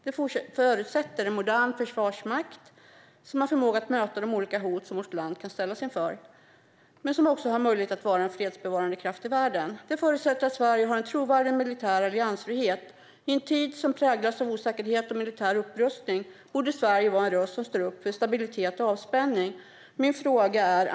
Det förutsätter en modern försvarsmakt som har förmåga att möta de olika hot som vårt land kan ställas inför och som även kan vara en fredsbevarande kraft i världen. Det förutsätter att Sverige har en trovärdig militär alliansfrihet. I en tid som präglas av osäkerhet och militär upprustning borde Sverige stå upp för stabilitet och avspänning.